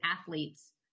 athletes